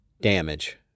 damage